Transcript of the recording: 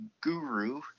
guru